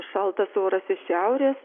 šaltas oras iš šiaurės